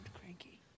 cranky